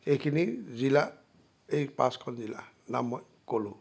এইখিনি জিলা এই পাঁচখন জিলাৰ নাম মই ক'লোঁ